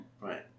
Right